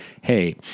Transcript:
hey